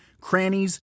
crannies